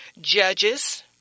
Judges